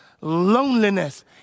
loneliness